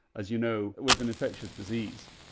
as you know, with an infectious disease,